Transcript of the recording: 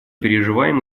переживаем